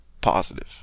positive